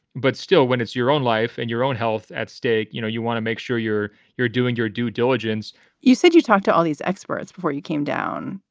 but still, when it's your own life and your own health at stake, you know, you want to make sure you're you're doing your due diligence you said you talked to all these experts before you came down.